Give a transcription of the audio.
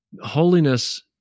Holiness